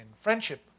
friendship